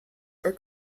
are